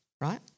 right